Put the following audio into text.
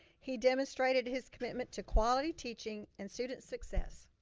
he demonstrated his commitment to quality teaching and student success.